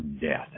Death